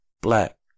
black